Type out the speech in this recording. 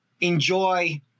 enjoy